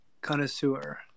connoisseur